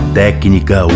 técnica